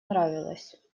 нравилась